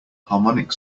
harmonic